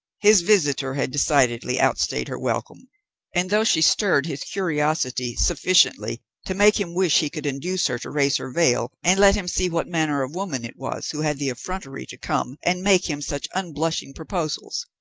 his visitor had decidedly outstayed her welcome and, though she stirred his curiosity sufficiently to make him wish he could induce her to raise her veil and let him see what manner of woman it was who had the effrontery to come and make him such unblushing proposals,